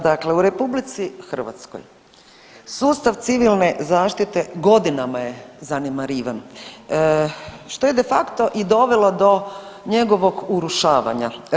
Dakle, u RH sustav civilne zaštite godinama je zanemarivan, što je de facto i dovelo do njegovog urušavanja.